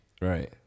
Right